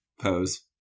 Pose